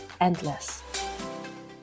endless